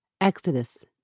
Exodus